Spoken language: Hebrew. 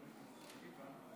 מתנגדים.